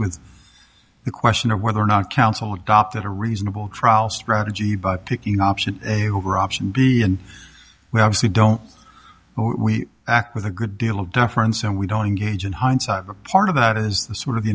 of the question of whether or not council adopted a reasonable trial strategy by picking options over option b and where i was we don't act with a good deal of deference and we don't engage in hindsight a part of that is the sort of the